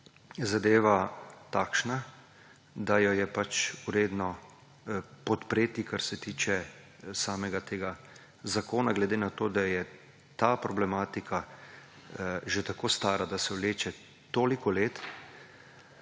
zadeva takšna, da jo je pač vredno podpreti, kar se tiče samega tega zakona, glede na to, da je ta problematika že tako stara, da se vleče toliko let